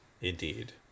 indeed